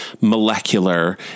molecular